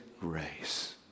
grace